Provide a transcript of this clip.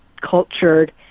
cultured